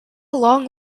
long